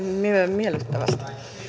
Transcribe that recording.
miellyttävästi